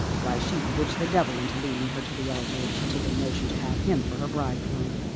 why, she'd witch the devil into leading her to the altar if she took a notion to have him for her bridegroom.